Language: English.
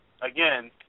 again